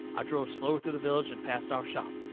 i drove slow through the village and past our shop.